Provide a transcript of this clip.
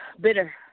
bitter